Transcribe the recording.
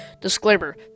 Disclaimer